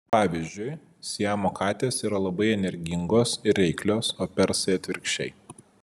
pavyzdžiui siamo katės yra labai energingos ir reiklios o persai atvirkščiai